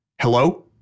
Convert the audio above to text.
Hello